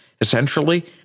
essentially